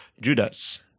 Judas